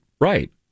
Right